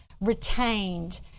retained